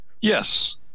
Yes